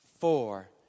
Four